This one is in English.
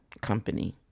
company